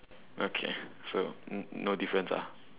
okay so no difference ah